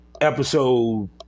episode